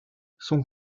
sont